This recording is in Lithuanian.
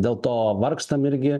dėl to vargstam irgi